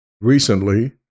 recently